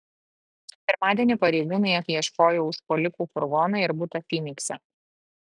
pirmadienį pareigūnai apieškojo užpuolikų furgoną ir butą fynikse